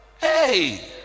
Hey